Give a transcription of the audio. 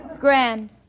Grand